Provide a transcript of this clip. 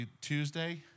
Tuesday